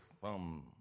thumb